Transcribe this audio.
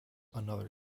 another